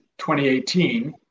2018 –